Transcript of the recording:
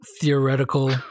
theoretical